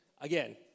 Again